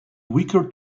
weaker